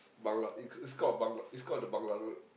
Bangla it it's called a Bangla it's called the Bangla-Road